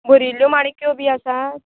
भरिल्ल्यो माणक्यो बी आसात